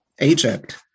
Egypt